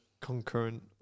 concurrent